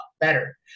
better